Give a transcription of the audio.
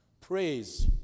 praise